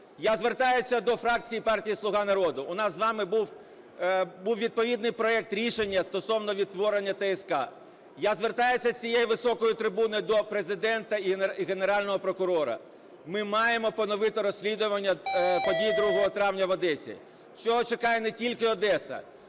Я звертаюся до фракції партії "Слуга народу". У нас з вами був відповідний проект рішення стосовно відтворення ТСК. Я звертаюся з цієї високої трибуни до Президента і Генерального прокурора. Ми маємо поновити розслідування подій 2 травня в Одесі. Цього чекає не тільки Одеса,